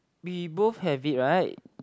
we both have it right